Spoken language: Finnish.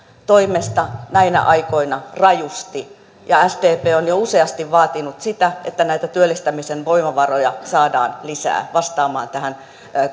toimesta näinä aikoina rajusti ja sdp on jo useasti vaatinut sitä että näitä työllistämisen voimavaroja saadaan lisää vastaamaan tähän